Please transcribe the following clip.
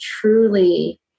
truly